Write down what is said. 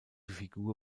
figur